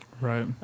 Right